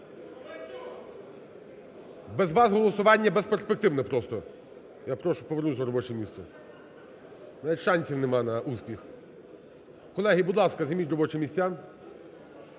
Без вас голосування безперспективне просто, я прошу повернутися на робоче місце, інакше шансів нема на успіх. Колеги, будь ласка, займіть робочі місця.